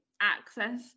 access